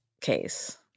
case